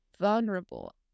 vulnerable